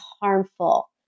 harmful